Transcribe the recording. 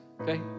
okay